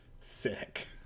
Sick